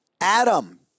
Adam